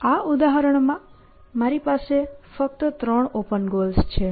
આ ઉદાહરણમાં મારી પાસે ફક્ત ત્રણ ઓપન ગોલ્સ છે